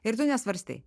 ir tu nesvarstei